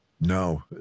No